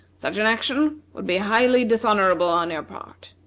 such an action would be highly dishonorable on your part.